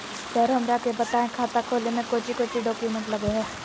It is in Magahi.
सर हमरा के बताएं खाता खोले में कोच्चि कोच्चि डॉक्यूमेंट लगो है?